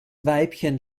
weibchen